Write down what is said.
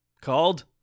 called